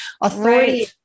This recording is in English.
authority